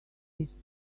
this